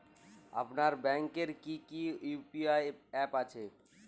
আপনার ব্যাংকের কি কি ইউ.পি.আই অ্যাপ আছে?